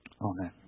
Amen